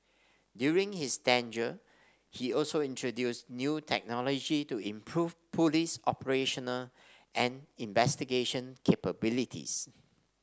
during his tenure he also introduced new technology to improve police operational and investigation capabilities